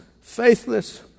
faithless